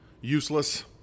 useless